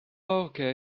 okay